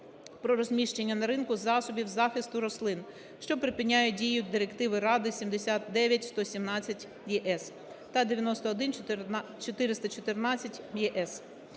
про розміщення на ринку засобів захисту рослин, що припиняє дію Директиви Ради 79/117/ЄЕС та 91/414/ЄЕС